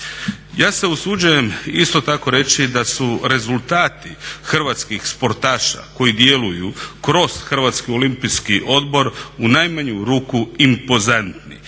Ja se usuđujem isto tako reći da su rezultati hrvatskih sportaša koji djeluju kroz Hrvatski olimpijski odbor u najmanju ruku impozantni.